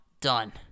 done